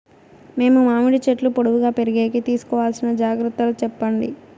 మేము మామిడి చెట్లు పొడువుగా పెరిగేకి తీసుకోవాల్సిన జాగ్రత్త లు చెప్పండి?